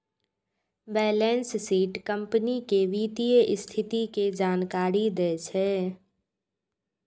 balance sheet company के वित्तीय स्थिति के जानकारी दै छै